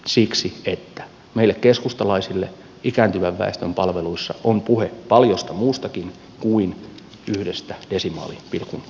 siksi että meille keskustalaisille ikääntyvän väestön palveluissa on puhe paljosta muustakin kuin yhdestä desimaalipilkun puolikkaasta